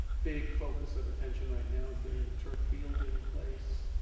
big focus of attention right now is getting the turf field in place,